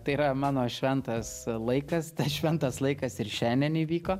tai yra mano šventas laikas tas šventas laikas ir šiandien įvyko